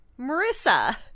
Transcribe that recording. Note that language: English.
Marissa